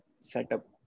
setup